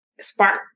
spark